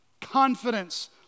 Confidence